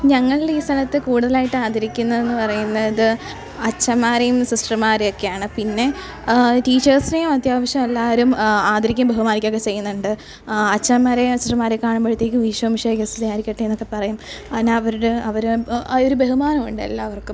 ഞങ്ങളുടെ ഈ സ്ഥലത്ത് കൂടുതലായിട്ട് ആദരിക്കുന്നത് എന്ന് പറയുന്നത് അച്ചന്മാരെയും സിസ്റ്റർമാരെയും ഒക്കെയാണ് പിന്നെ ടീച്ചേർസിനെയും അത്യാവശ്യം എല്ലാവരും ആദരിക്കുകയും ബഹുമാനിക്കുകയും ഒക്കെ ചെയ്യുന്നുണ്ട് അച്ചന്മാരെയും സിസ്റ്റർമാരെയും കാണുമ്പോഴത്തേക്കും ഈശോമിശിഹായ്ക്ക് സ്തുതിയായിരിക്കട്ടെ എന്നൊക്കെ പറയും പിന്നെ അവരുടെ അവർ ആ ഒരു ബഹുമാനമുണ്ട് എല്ലാവർക്കും